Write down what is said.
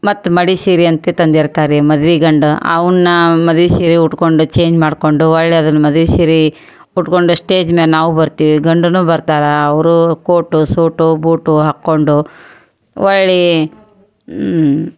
ಮತ್ತೆ ಮಡಿ ಸೀರೆ ಅಂತ ತಂದಿರ್ತಾರೆ ರೀ ಮದ್ವೆ ಗಂಡು ಅವನ್ನ ಮದ್ವೆ ಸೀರೆ ಉಟ್ಟುಕೊಂಡು ಚೇಂಜ್ ಮಾಡಿಕೊಂಡು ಹೊಳ್ ಅದನ್ನು ಮದ್ವೆ ಸೀರೆ ಉಟ್ಕೊಂಡು ಸ್ಟೇಜ್ ಮೇಲೆ ನಾವು ಬರ್ತೀವಿ ಗಂಡುನೂ ಬರ್ತಾರೆ ಅವ್ರು ಕೋಟು ಸೂಟು ಬೂಟು ಹಾಕ್ಕೊಂಡು ಹೊಳ್ಳೀ